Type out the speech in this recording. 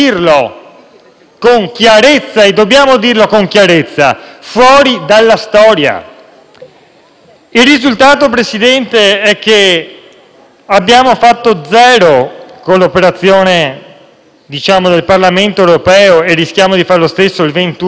Il risultato, Presidente, è che abbiamo fatto zero con l'operazione del Parlamento europeo e rischiamo di fare lo stesso il 21 e il 22 marzo su punti imprescindibili che erano presenti in quella risoluzione.